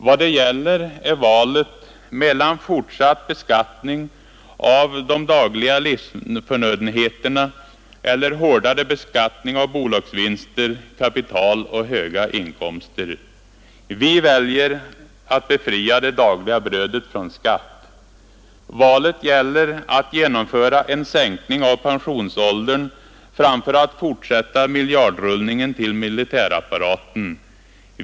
Vad det gäller är valet mellan fortsatt beskattning av de dagliga livsförnödenheterna eller hårdare beskattning av bolagsvinster, kapital och höga inkomster. Vi väljer att befria det dagliga brödet från skatt! Valet gäller att genomföra en sänkning av pensionsåldern framför att fortsätta miljardrullningen till militärapparaten.